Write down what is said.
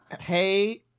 Hey